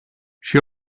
she